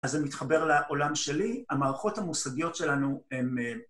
אז זה מתחבר לעולם שלי. המערכות המוסדיות שלנו הן...